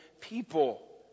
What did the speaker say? people